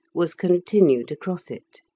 was continued across it.